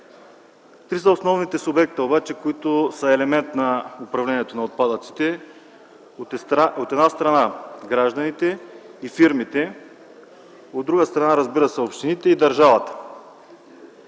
Три са основните субекти, които са елемент на управлението на отпадъците. От една страна, гражданите и фирмите, а от друга страна, разбира се, общините и държавата.